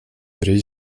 bryr